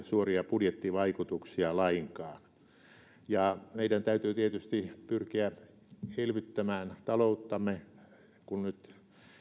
suoria budjettivaikutuksia lainkaan meidän täytyy tietysti pyrkiä elvyttämään talouttamme kun nyt